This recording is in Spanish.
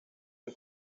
del